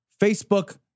Facebook